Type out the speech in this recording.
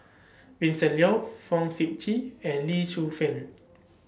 Vincent Leow Fong Sip Chee and Lee Shu Fen